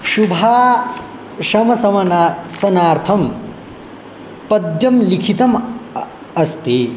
शुभा शमसमाना सनार्थं पद्यं लिखितम् अस्ति